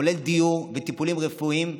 כולל דיור וטיפולים רפואיים,